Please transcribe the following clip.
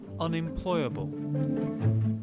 unemployable